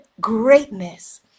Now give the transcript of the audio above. greatness